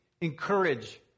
encourage